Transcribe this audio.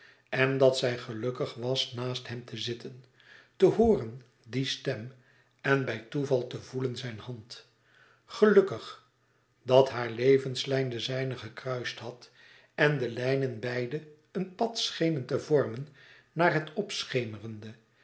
en dat zij gelukkig was naast hem te zitten te hooren die stem en bij toeval te voelen zijn hand gelukkig dat haar levenslijn de zijne gekruist had en de lijnen beiden een pad schenen te vormen naar het opschemerende